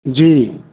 जी